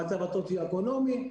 המצב הסוציואקונומי,